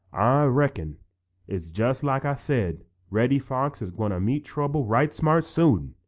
ah reckon it's just like ah said reddy fox is gwine to meet trouble right smart soon,